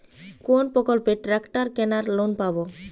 কোন প্রকল্পে ট্রাকটার কেনার লোন পাব?